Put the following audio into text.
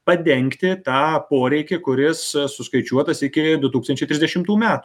padengti tą poreikį kuris suskaičiuotas iki du tūkstančiai trsidešimų metų